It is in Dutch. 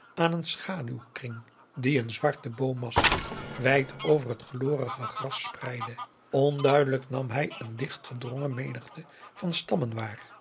aan een schaduwkring dien een zwarte boomen massa wijd over het glorige gras spreidde onduidelijk nam hij een dicht gedrongen menigte van stammen